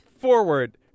Forward